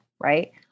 right